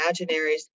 imaginaries